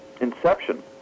inception